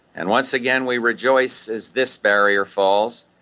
and once again we rejoice as this barrier falls,